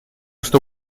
что